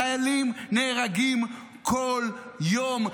חיילים נהרגים כל יום.